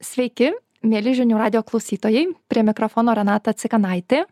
sveiki mieli žinių radijo klausytojai prie mikrofono renata cikanaitė